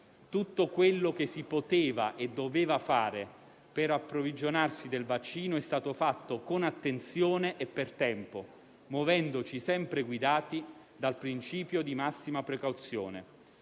Tutto quello che si poteva e doveva fare per approvvigionarsi del vaccino è stato fatto con attenzione e per tempo, muovendoci sempre guidati dal principio di massima precauzione.